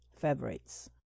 favorites